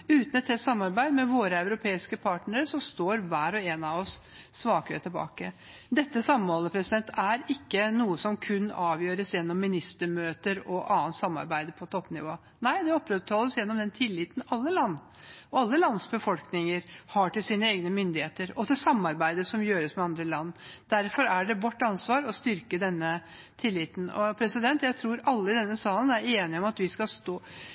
Uten et tett samarbeid med våre europeiske partnere står hver og en av oss svakere tilbake. Dette samholdet er ikke noe som kun avgjøres gjennom ministermøter og annet samarbeid på toppnivå. Nei, det opprettholdes gjennom den tilliten alle land og alle lands befolkninger har til sine egne myndigheter og til det samarbeidet man har med andre land. Derfor er det vårt ansvar å styrke denne tilliten. Jeg tror alle i denne salen er enige om at vi ikke skal